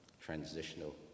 transitional